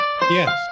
yes